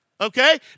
okay